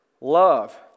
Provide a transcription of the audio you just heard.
love